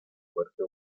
fuerte